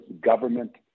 government